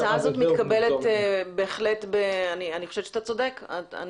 אתה צודק.